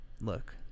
look